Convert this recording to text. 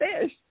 fish